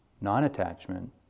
non-attachment